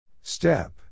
Step